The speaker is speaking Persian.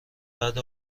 بعد